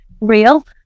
real